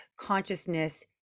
consciousness